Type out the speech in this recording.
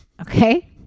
okay